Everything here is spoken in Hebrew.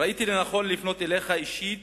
ראיתי לנכון לפנות אליך אישית